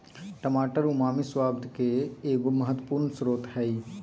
टमाटर उमामी स्वाद के एगो महत्वपूर्ण स्रोत हइ